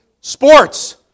Sports